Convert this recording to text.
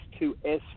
S2S